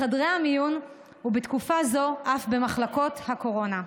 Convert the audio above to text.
בחדרי המיון, ובתקופה הזו אף במחלקות הקורונה.